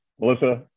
Melissa